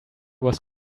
was